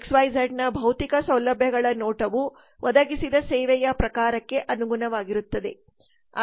X Y ಝಡ್ನ ಭೌತಿಕ ಸೌಲಭ್ಯಗಳ ನೋಟವು ಒದಗಿಸಿದ ಸೇವೆಯ ಪ್ರಕಾರಕ್ಕೆ ಅನುಗುಣವಾಗಿರುತ್ತದೆ